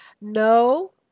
No